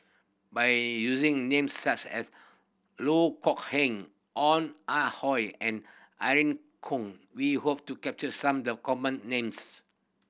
by using names such as Loh Kok Heng Ong Ah Hoi and Irene Khong we hope to capture some the common names